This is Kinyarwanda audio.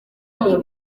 babo